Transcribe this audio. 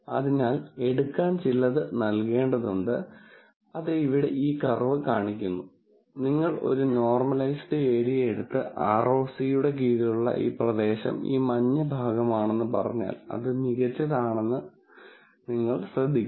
അതിനാൽ എടുക്കാൻ ചിലത് നൽകേണ്ടതുണ്ട് അത് ഇവിടെ ഈ കർവ് കാണിക്കുന്നു നിങ്ങൾ ഒരു നോർമലൈസ്ഡ് ഏരിയ എടുത്ത് ROC യുടെ കീഴിലുള്ള ഈ പ്രദേശം ഈ മഞ്ഞ ഭാഗമാണെന്ന് പറഞ്ഞാൽ അത് മികച്ചത് ആണെന്നത് നിങ്ങൾ ശ്രദ്ധിക്കും